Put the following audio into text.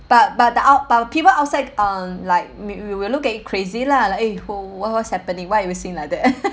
but but the out but people outside um like will will look at you crazy lah like eh wh~ what what's happening why you sing like that